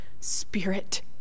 spirit